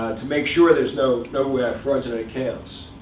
to make sure there's no no fraudulent accounts.